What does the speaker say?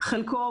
על חלקו,